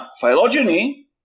phylogeny